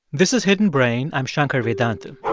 this is hidden brain. i'm shankar vedantam